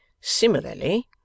Similarly